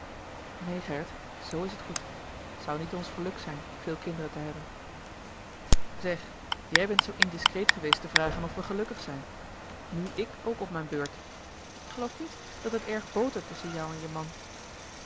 gerrit zoo is het goed het zoû niet ons geluk zijn veel kinderen te hebben zeg jij bent zoo indiscreet geweest te vragen of we gelukkig zijn nu ik ook op mijn beurt ik geloof niet dat het erg botert tusschen jou en je man